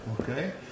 Okay